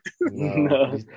no